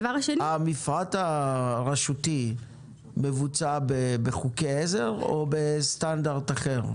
המפרט הרשותי מבוצע בחוקי עזר או בסטנדרט אחר?